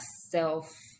self